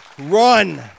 Run